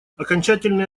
окончательный